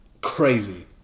crazy